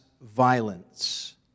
violence